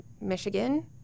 Michigan